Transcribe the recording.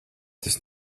tas